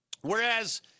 whereas